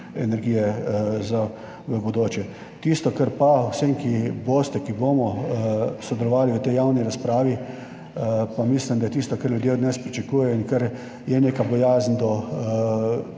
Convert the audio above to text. energije za v bodoče. Tisto, kar vsem, ki boste, ki bomo sodelovali v tej javni razpravi, pa mislim, da je tisto, kar ljudje od nas pričakujejo in kar je neka bojazen